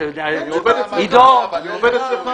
אני עובד אצלך?